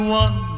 one